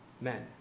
men